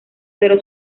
pero